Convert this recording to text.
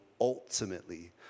ultimately